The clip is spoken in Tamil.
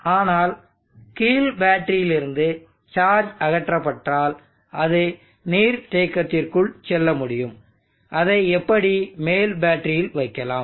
ஆனால் கீழ் பேட்டரியிலிருந்து சார்ஜ் அகற்றப்பட்டால் அது நீர்த்தேக்கத்திற்குள் செல்ல முடியும் அதை எப்படி மேல் பேட்டரியில் வைக்கலாம்